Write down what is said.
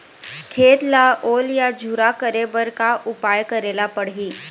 खेत ला ओल या झुरा करे बर का उपाय करेला पड़ही?